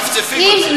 מצפצפים על זה.